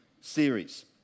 series